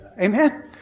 Amen